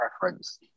preference